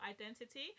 identity